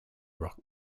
rock